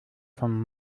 von